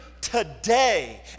today